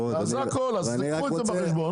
קחו את זה בחשבון.